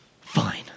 Fine